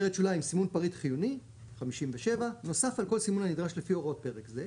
סימון פריט חיוני 57. נוסף על כל סימון הנדרש לפי הוראות פרק זה,